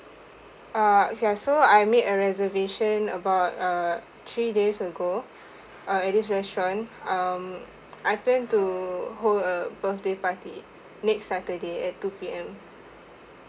ah okay so I made a reservation about err three days ago uh at this restaurant um I plan to hold a birthday party next saturday at two P_M